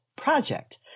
project